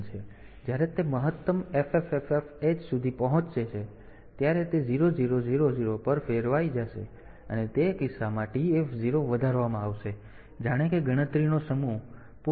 તેથી જ્યારે તે મહત્તમ FFFFH સુધી પહોંચે છે ત્યારે તે 0000 પર ફેરવાઈ જશે અને તે કિસ્સામાં TF0 વધારવામાં આવશે જાણે કે ગણતરીનો 1 સમૂહ પૂરો થઈ ગયો હોય છે